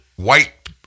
White